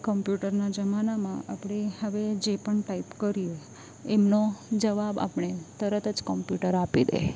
કોમ્પુટરના જમાનામાં આપણે હવે જે પણ ટાઈપ કરીએ એમનો જવાબ આપણે તરત જ કોમ્પ્યુટર આપી દે